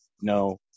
no